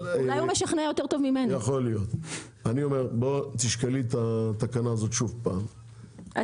אני אומר שתשקלי את התקנה הזו שוב פעם,